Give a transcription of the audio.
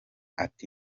ati